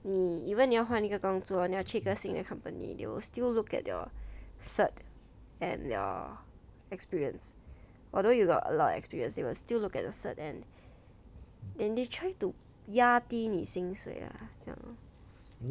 你 even 你要换一个工作你要去一个新的 company you still looked at your cert and your experience although you got a lot experience they will still look at the cert and then they try to 压低你薪水啊这样